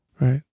Right